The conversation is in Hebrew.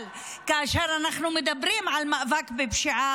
אבל כאשר אנחנו מדברים על מאבק בפשיעה